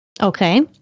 Okay